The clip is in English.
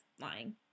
lying